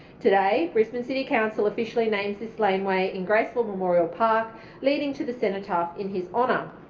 today brisbane city council officially names this laneway in graceville memorial park leading to the cenotaph in his honour.